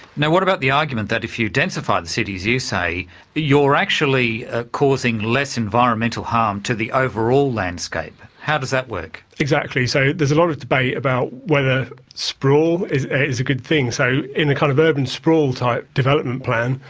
now what about the argument that if you densify the city, as you say, you're actually ah causing less environmental harm to the overall landscape. how does that work? exactly. so there's a lot of debate about whether sprawl is a is a good thing, so in the kind of urban sprawl-type development plan,